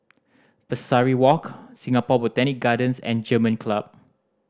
Pesari Walk Singapore Botanic Gardens and German Club